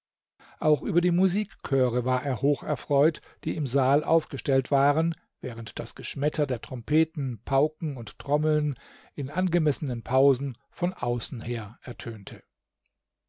auch über die musikchöre war er hoch erfreut die im saal aufgestellt waren während das geschmetter der trompeten pauken und trommeln in angemessenen pausen von außen her ertönte